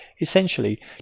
essentially